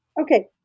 Okay